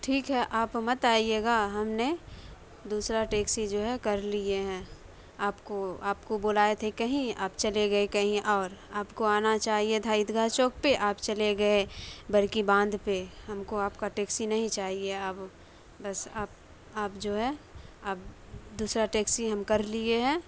ٹھیک ہے آپ مت آئیے گا ہم نے دوسرا ٹیکسی جو ہے کر لیے ہیں آپ کو آپ کو بلائے تھے کہیں آپ چلے گئے کہیں اور آپ کو آنا چاہیے تھا عید گاہ چوک پہ آپ چلے گئے بڑکی باندھ پہ ہم کو آپ کا ٹیکسی نہیں چاہیے اب بس آپ آپ جو ہے اب دوسرا ٹیکسی ہم کر لیے ہیں